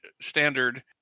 standard